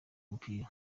umupira